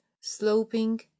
sloping